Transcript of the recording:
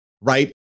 right